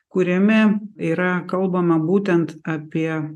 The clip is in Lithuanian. kuriame yra kalbama būtent apie